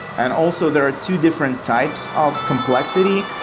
and also, there are two different types of complexity.